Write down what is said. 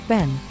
Ben